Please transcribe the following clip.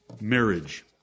marriage